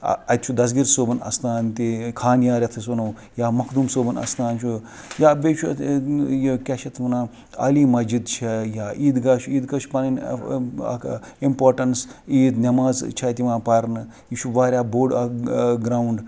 اَتہِ چھُ دَسگیٖر صٲبُن اَستان تہِ خانیار یَتھ أسۍ وَنو یا مَخدوٗم صٲبُن اَستان چھُ یا بیٚیہِ چھُ یہِ کیاہ چھِ اَتھ وَنان عالی مَسجِد چھِ یا عیٖدگاہ چھُ عیٖدگاہَس چھُ پَنٕنۍ اَکھ اِمپارٹینٕس عیٖد نیماز چھِ اتہِ یِوان پرنہٕ یہِ چھُ واریاہ بوٚڈ اَکھ گرٛاوُنٛڈ